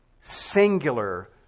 singular